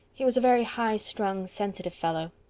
he was a very high-strung, sensitive fellow.